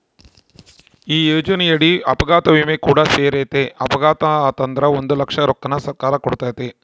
ಈ ಯೋಜನೆಯಡಿ ಅಪಘಾತ ವಿಮೆ ಕೂಡ ಸೇರೆತೆ, ಅಪಘಾತೆ ಆತಂದ್ರ ಒಂದು ಲಕ್ಷ ರೊಕ್ಕನ ಸರ್ಕಾರ ಕೊಡ್ತತೆ